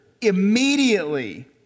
immediately